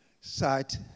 site